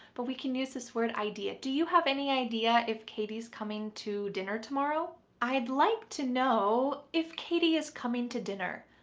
but we can use this word idea. do you have any idea if katie's coming to dinner tomorrow? i'd like to know if katie is coming to dinner.